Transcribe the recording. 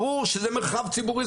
ברור שזה מרחב ציבורי,